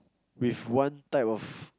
with one type of